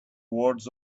words